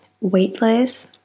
weightless